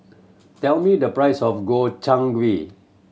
tell me the price of Gobchang Gui